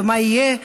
ומה יהיה,